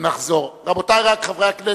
רבותי חברי הכנסת,